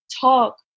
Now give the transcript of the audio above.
talk